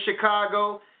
Chicago